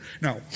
Now